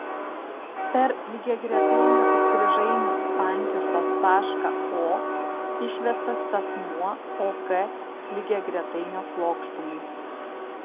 per lygiagretainio įstrižainių sankirtos tašką o išvestas statmuo ok lygiagretainio plokštumai